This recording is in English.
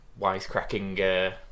wisecracking